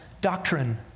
doctrine